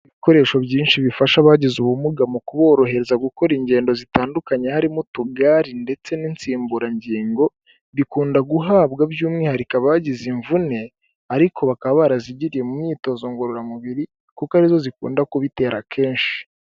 Ibikoresho byinshi bifasha abagize ubumuga mu kuborohereza gukora ingendo zitandukanye harimo utugari ndetse n'insimburangingo, bikunda guhabwa by'umwihariko abagize imvune ariko bakaba barazigiriye mu myitozo ngororamubiri kuko arizo zikunda kubitera kenshi.